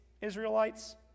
Israelites